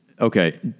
Okay